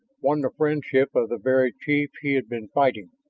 won the friendship of the very chief he had been fighting.